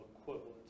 equivalent